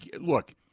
look –